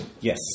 Yes